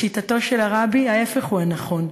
לשיטתו של הרבי, ההפך הוא הנכון.